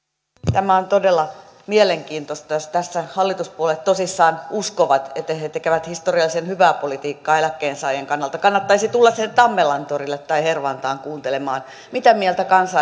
tämä on todella mielenkiintoista jos tässä hallituspuolueet tosissaan uskovat että he he tekevät historiallisen hyvää politiikkaa eläkkeensaajien kannalta kannattaisi tulla sinne tammelantorille tai hervantaan kuuntelemaan mitä mieltä kansa